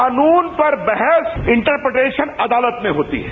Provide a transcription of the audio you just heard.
कानून पर बहस इंटरपटरेशन अदालत में होती है